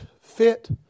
fit